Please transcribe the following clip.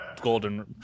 golden